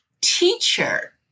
teacher